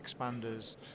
expanders